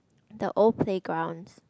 the old playgrounds